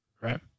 right